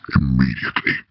Immediately